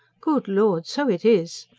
good lord, so it is!